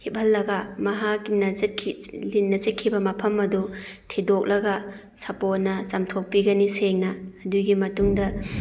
ꯍꯤꯞꯍꯜꯂꯒ ꯃꯍꯥꯛꯅ ꯆꯠꯈꯤ ꯂꯤꯟꯅ ꯆꯤꯛꯈꯤꯕ ꯃꯐꯝ ꯑꯗꯨ ꯊꯤꯗꯣꯛꯂꯒ ꯁꯥꯄꯣꯟꯅ ꯆꯥꯝꯊꯣꯛꯄꯤꯒꯅꯤ ꯁꯦꯡꯅ ꯑꯗꯨꯒꯤ ꯃꯇꯨꯡꯗ